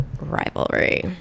rivalry